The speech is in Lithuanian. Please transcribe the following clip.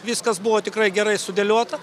viskas buvo tikrai gerai sudėliota